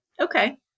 Okay